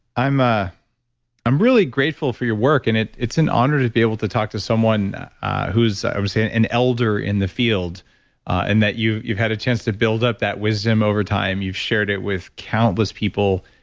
i'm ah i'm really grateful for your work and it's an honor to be able to talk to someone who's i would say an an elder in the field and that you've you've had a chance to build up that wisdom over time. you've shared it with countless people.